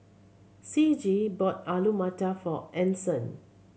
Ciji bought Alu Matar for Anson